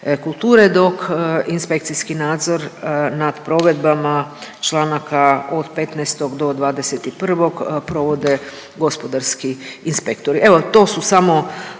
dok inspekcijski nadzor nad provedbama članaka od 15. do 21. provode gospodarski inspektori.